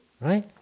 right